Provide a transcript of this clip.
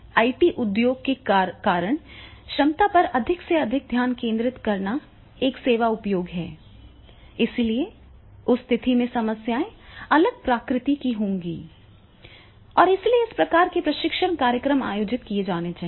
IT उद्योग के कारण क्षमता पर अधिक से अधिक ध्यान केंद्रित करना एक सेवा उद्योग है इसलिए उस स्थिति में समस्याएं अलग प्रकृति की होंगी और इसलिए इस प्रकार के प्रशिक्षण कार्यक्रम आयोजित किए जाने चाहिए